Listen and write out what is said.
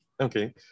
Okay